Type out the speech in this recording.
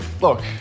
look